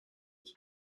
was